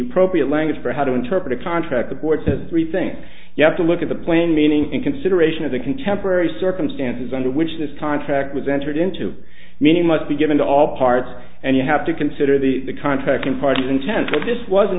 the propre of language for how to interpret a contract the board says we think you have to look at the plain meaning in consideration of the contemporary circumstances under which this contract was entered into meaning must be given to all parts and you have to consider the contracting parties intent so this wasn't